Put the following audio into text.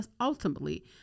ultimately